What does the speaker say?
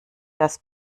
das